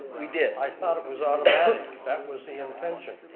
we did. i thought it was automatic, that was the intention.